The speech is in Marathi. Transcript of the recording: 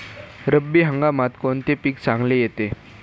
रब्बी हंगामात कोणते पीक चांगले येते?